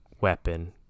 weapon